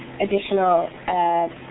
additional